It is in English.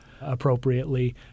appropriately